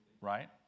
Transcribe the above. right